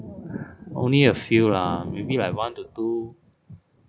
only a few lah maybe like one to two